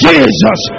Jesus